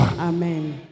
Amen